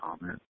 comment